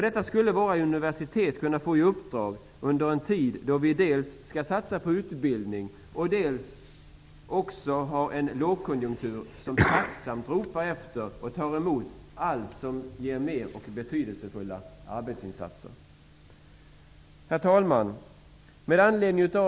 Detta skulle våra universitet få i uppdrag under en tid då vi dels skall satsa på utbildning, dels har en lågkonjunktur som tacksamt ropar efter och tar emot allt som ger mer och betydelsefulla arbetsinsatser.